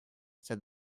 said